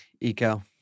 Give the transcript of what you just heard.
eco